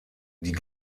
die